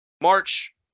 March